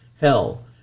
Hell